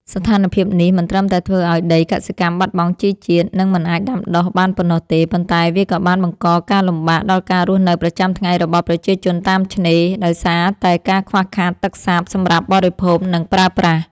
ស្ថានភាពនេះមិនត្រឹមតែធ្វើឱ្យដីកសិកម្មបាត់បង់ជីជាតិ និងមិនអាចដាំដុះបានប៉ុណ្ណោះទេ ប៉ុន្តែវាក៏បានបង្កការលំបាកដល់ការរស់នៅប្រចាំថ្ងៃរបស់ប្រជាជនតាមឆ្នេរ ដោយសារតែការខ្វះខាតទឹកសាបសម្រាប់បរិភោគ និងប្រើប្រាស់។